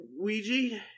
Ouija